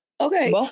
Okay